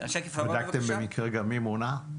בדקתם במקרה גם מי מונה?